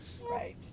right